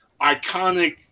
iconic